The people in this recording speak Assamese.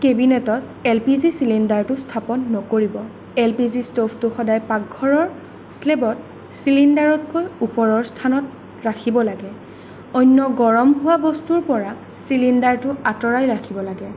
কেবিনেটত এল পি জি চিলিণ্ডাৰটো স্থাপন নকৰিব এল পি জি ষ্ট'ভটো সদায় পাকঘৰৰ শ্লেবত চিলিণ্ডাৰতকৈ ওপৰৰ স্থানত ৰাখিব লাগে অন্য গৰম হোৱা বস্তুৰপৰা চিলিণ্ডাৰটো আঁতৰাই ৰাখিব লাগে